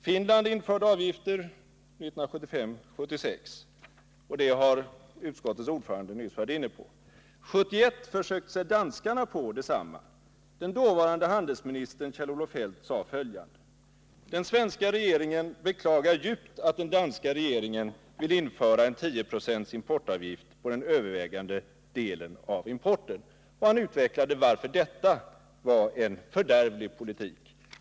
Finland införde sådana avgifter 1975-1976, vilket utskottets ordförande nyss var inne på. 1971 försökte danskarna sig på detsamma. Den dåvarande handelsministern, Kjell-Olof Feldt, sade då: Den svenska regeringen beklagar djupt att den danska regeringen vill införa en tioprocentig importavgift på den övervägande delen av importen. Han utvecklade vidare varför detta var en fördärvlig politik.